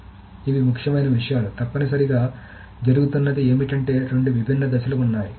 కాబట్టి ఇవి ముఖ్యమైన విషయాలు తప్పనిసరిగా జరుగుతున్నది ఏమిటంటే రెండు విభిన్న దశలు ఉన్నాయి